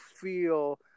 feel